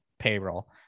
payroll